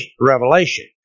revelation